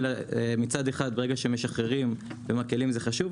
מצד אחד, ברגע שמשחררים ומקלים, זה חשוב.